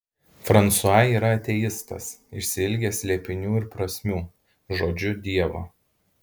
fransua yra ateistas išsiilgęs slėpinių ir prasmių žodžiu dievo